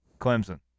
Clemson